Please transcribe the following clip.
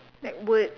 like words